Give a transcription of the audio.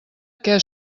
què